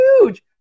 huge